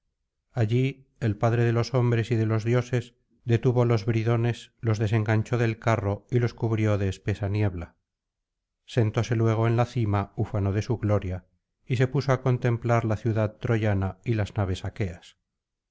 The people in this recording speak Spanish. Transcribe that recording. allí el padre de los hombres y de los dioses detuvo los bridones los desenganchó del carro y los cubrió de espesa niebla sentóse luego en la cima ufano de su gloria y se puso á contemplar la ciudad troyana y las naves aqueas